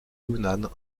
yunnan